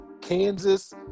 Kansas